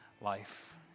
life